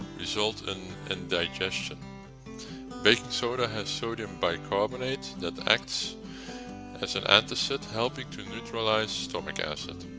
result in indigestion. baking soda has sodium bicarbonate that acts as an anticid, helping to neutralize stomach acid.